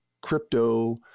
crypto